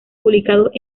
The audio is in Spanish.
publicados